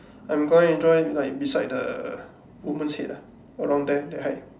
I'm going join like beside the woman's head ah around there that height